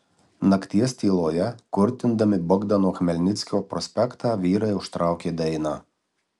nakties tyloje kurtindami bogdano chmelnickio prospektą vyrai užtraukė dainą